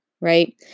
right